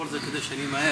הספורט זה כדי שאמהר?